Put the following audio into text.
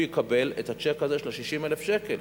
הוא יקבל את הצ'ק הזה של 60,000 שקל,